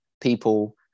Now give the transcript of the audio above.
people